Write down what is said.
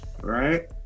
right